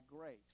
grace